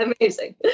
Amazing